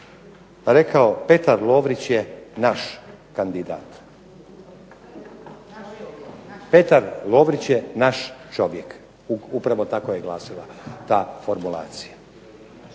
rekao Petar Lovrić je naš kandidat. Petar Lovrić je naš čovjek, upravo tako je glasila ta formulacija.